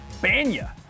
Banya